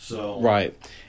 Right